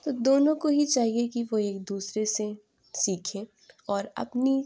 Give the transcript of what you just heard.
تو دونوں کو ہی چاہیے کہ وہ ایک دوسرے سے سیکھیں اور اپنی